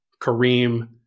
Kareem